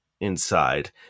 inside